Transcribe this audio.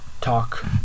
talk